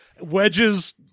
wedges